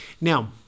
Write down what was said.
Now